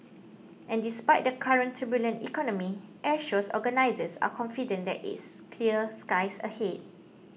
and despite the current turbulent economy Airshows organisers are confident that it's clear skies ahead